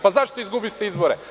Pa zašto izgubiste izbore?